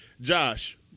Josh